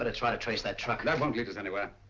but try to trace that truck. that won't lead us anywhere.